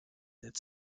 its